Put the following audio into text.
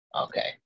Okay